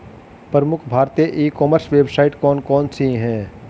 प्रमुख भारतीय e commerce website कौन कौन सी हैं?